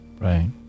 right